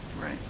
Right